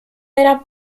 era